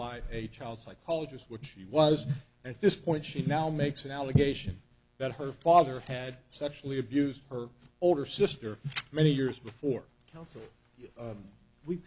by a child psychologist what she was at this point she now makes an allegation that her father had sexually abused her older sister many years before